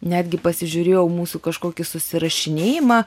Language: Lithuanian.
netgi pasižiūrėjau mūsų kažkokį susirašinėjimą